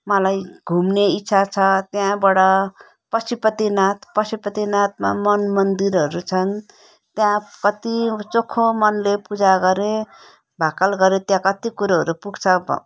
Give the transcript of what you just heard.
मलाई घुम्ने इच्छा छ त्यहाँबाट पशुपतिनाथ पशुपतिनाथमा मनमन्दिरहरू छन् त्यहाँ कति चोखो मनले पूजा गरे भाकल गरे त्यहाँ कति कुरोहरू पुग्छ भ